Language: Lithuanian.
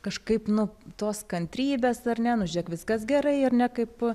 kažkaip nu tos kantrybės ar ne nu žėk viskas gerai ar ne kaip